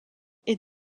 est